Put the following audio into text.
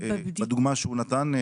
הדוגמה שהוא נתן?